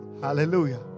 Hallelujah